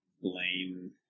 Blaine